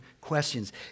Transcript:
questions